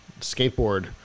skateboard